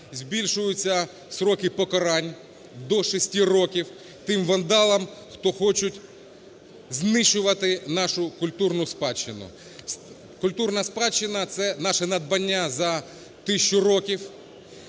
збільшуються строки покарань до 6 років тим вандалам, хто хоче знищувати нашу культурну спадщину. Культурна спадщина – це наше надбання за тисячу років